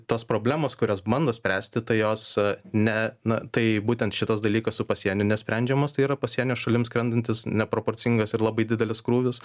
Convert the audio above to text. tos problemos kurias bando spręsti tai jos ne na tai būtent šitas dalykas su pasieniu nesprendžiamas tai yra pasienio šalims skrendantis neproporcingas ir labai didelis krūvis